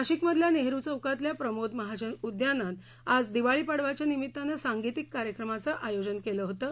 नाशिकमधल्या नेहरु चौकातल्या प्रमोद महाजन उद्यानात आज दिवाळी पाडव्याच्या निमित्तानं सांगितिक कार्यक्रमाचं आयोजन केलं होतं